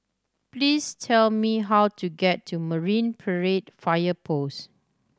please tell me how to get to Marine Parade Fire Post